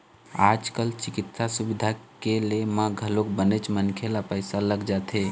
आज कल चिकित्सा सुबिधा के ले म घलोक बनेच मनखे ल पइसा लग जाथे